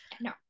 No